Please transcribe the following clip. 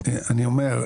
אני אומר,